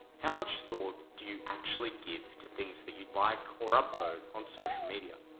how much thought do you actually give to things that you like or upvote on social media?